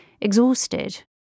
exhausted